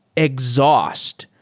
exhaus t.